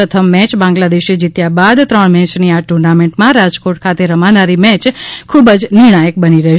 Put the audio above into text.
પ્રથમ મેચ બાંગ્લાદેશે જીત્યા બાદ ત્રણ મેચની આ ટુર્નામેન્ટમાં રાજકોટ ખાતે રમાનારી મેચ ખૂબ જ નિર્ણાયક બની રહેશે